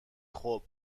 خوب